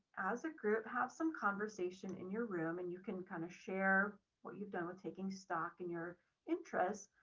as a group, have some conversation in your room and you can kind of share what you've done with taking stock and your interests.